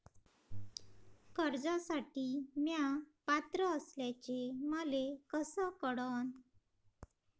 कर्जसाठी म्या पात्र असल्याचे मले कस कळन?